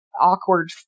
awkward